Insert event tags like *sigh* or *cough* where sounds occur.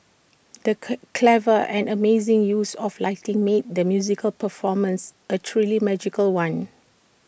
the *unintelligible* clever and amazing use of lighting made the musical performance A truly magical one